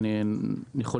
ארבעה אשכולות?